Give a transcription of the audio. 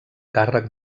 càrrec